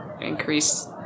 increase